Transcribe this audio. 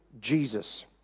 Jesus